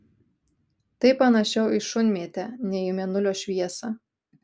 tai panašiau į šunmėtę nei į mėnulio šviesą